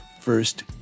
first